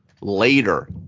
later